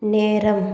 நேரம்